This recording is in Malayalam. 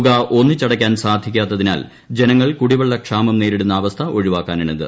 തുക ഒന്നിച്ചടയ്ക്കാൻ സാധിക്കാത്തതിനാൽ ജനങ്ങൾ കുടിവെള്ളക്ഷാമം നേരിടുന്ന അവസ്ഥ ഒഴിവാക്കാനാണിത്